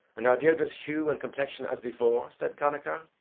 and are deirdre's hue and complexion as before? said connachar.